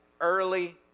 early